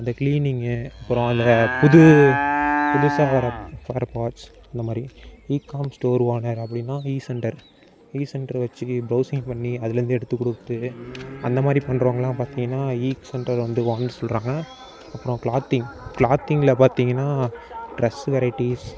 அந்த க்ளினிங்கு அப்புறம் இந்த புது புதுசாக வர ஸ்பேர்ட் பார்ட்ஸ் அந்த மாதிரி இகாம் ஸ்டோர் ஓனர் அப்படினா இசென்டர் இசென்டர் வச்சு ப்ரோவுஸிங் பண்ணி அதிலேந்து எடுத்து கொடுத்து அந்த மாதிரி பண்ணுறவங்கள்லாம் பார்த்திங்னா இசென்டர் வந்து ஓனர் சொல்கிறாங்க அப்புறம் கிளாத்திங் கிளாத்திங்கில் பார்த்திங்னா ட்ரெஸ் வெரைட்டீஸ்